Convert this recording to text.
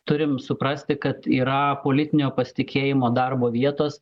turim suprasti kad yra politinio pasitikėjimo darbo vietos